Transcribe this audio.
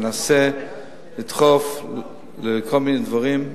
מנסה לדחוף לכל מיני דברים,